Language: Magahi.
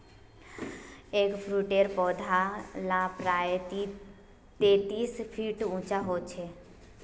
एगफ्रूटेर पौधा ला प्रायः तेतीस फीट उंचा होचे